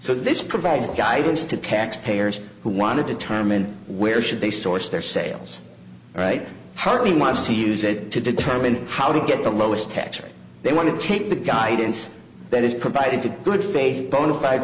so this provides guidance to taxpayers who want to determine where should they source their sales right how he wants to use it to determine how to get the lowest tax rate they want to take the guidance that is provided to good faith bona fide